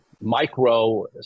Micro